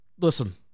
listen